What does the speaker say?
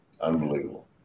Unbelievable